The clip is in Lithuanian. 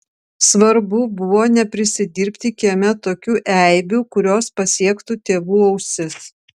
svarbu buvo neprisidirbti kieme tokių eibių kurios pasiektų tėvų ausis